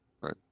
right